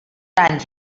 anys